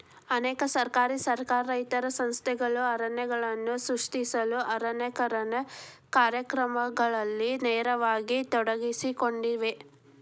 ಅನೇಕ ಸರ್ಕಾರಿ ಸರ್ಕಾರೇತರ ಸಂಸ್ಥೆಗಳು ಅರಣ್ಯಗಳನ್ನು ಸೃಷ್ಟಿಸಲು ಅರಣ್ಯೇಕರಣ ಕಾರ್ಯಕ್ರಮಗಳಲ್ಲಿ ನೇರವಾಗಿ ತೊಡಗಿಸಿಕೊಂಡಿವೆ